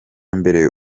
mbere